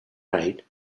night